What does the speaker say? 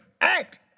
act